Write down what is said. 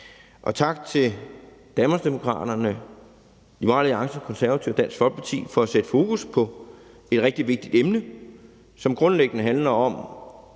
Tak til Danmarksdemokraterne, Liberal Alliance, Konservative og Dansk Folkeparti for at sætte fokus på et rigtig vigtigt emne, som grundlæggende handler om